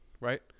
right